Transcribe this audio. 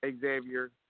Xavier